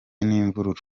n’imvururu